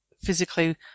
physically